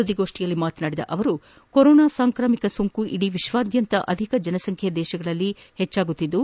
ಸುದ್ದಿಗೋಷ್ಠಿಯಲ್ಲಿ ಮಾತನಾಡಿದ ಅವರು ಕೊರೋನಾ ಸಾಂಕ್ರಾಮಿಕ ಸೋಂಕು ಇಡೀ ವಿಶ್ವದಾದ್ಯಂತ ಅಧಿಕ ಜನಸಂಖ್ಯೆಯ ದೇಶಗಳಲ್ಲಿ ಹೆಚ್ಚಾಗುತ್ತಿದ್ದು